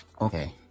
okay